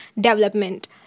development